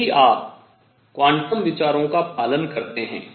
यदि आप क्वांटम विचारों का पालन करते हैं